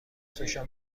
سوشا